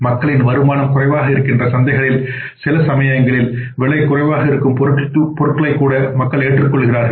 மக்களின் வருமானம் குறைவாக இருக்கின்ற சந்தைகளில் சில சமயங்களில் விலை குறைவாக இருக்கும் பொருட்களைக் கூட மக்கள் ஏற்றுக்கொள்கிறார்கள்